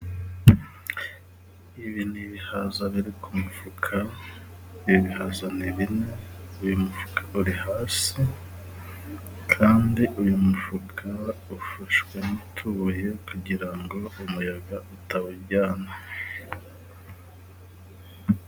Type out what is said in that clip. Ibi ni ibihaza ariko ku mufuka ibi bihaza ni bine, uyu mufuka uri hasi kandi uyu mufuka ufashwe n'utubuye kugira ngo umuyaga utawujyana.